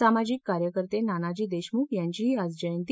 सामाजिक कार्यकर्ते नानाजी देशमुख यांचीही आज जयंती